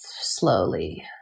slowly